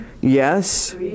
Yes